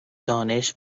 دانش